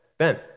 Ben